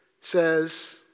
says